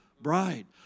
bride